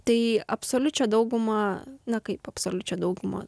tai absoliučią daugumą na kaip absoliučią daugumą